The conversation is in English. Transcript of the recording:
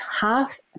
half